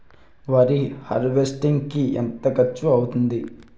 వరి హార్వెస్టింగ్ కి ఎంత ఖర్చు అవుతుంది?